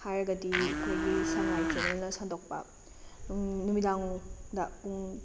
ꯍꯥꯏꯔꯒꯗꯤ ꯑꯩꯈꯣꯏ ꯁꯉꯥꯏ ꯆꯦꯅꯦꯜꯅ ꯁꯟꯗꯣꯛꯄ ꯅꯨꯃꯤꯗꯥꯡꯗ ꯄꯨꯡ